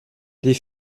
les